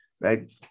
right